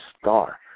star